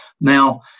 Now